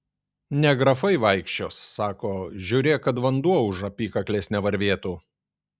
ne grafai vaikščios sako žiūrėk kad vanduo už apykaklės nevarvėtų